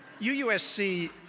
UUSC